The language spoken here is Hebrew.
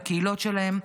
בקהילות שלהם.